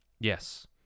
Yes